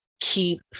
keep